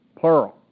plural